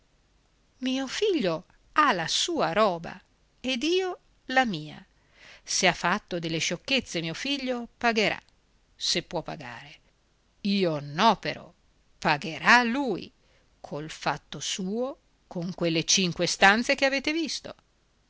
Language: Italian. mio figlio ha la sua roba ed io ho la mia se ha fatto delle sciocchezze mio figlio pagherà se può pagare io no però pagherà lui col fatto suo con quelle cinque stanze che avete visto